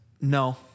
No